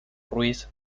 ruiz